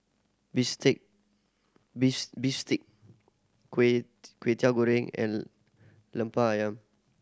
bistake bistake Kway Teow Goreng and Lemper Ayam